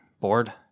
Bored